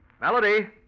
Melody